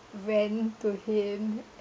rant to him